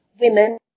women